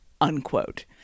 unquote